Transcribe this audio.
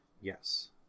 Yes